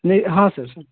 नहीं हाँ sir sir